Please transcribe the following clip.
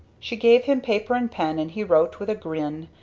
she gave him paper and pen and he wrote, with a grin,